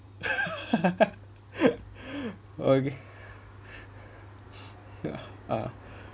okay